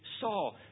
saw